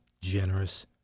generous